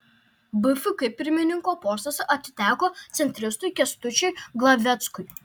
bfk pirmininko postas atiteko centristui kęstučiui glaveckui